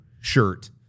shirt